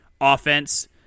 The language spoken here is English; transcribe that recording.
offense